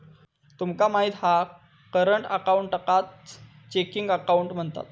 तुमका माहित हा करंट अकाऊंटकाच चेकिंग अकाउंट म्हणतत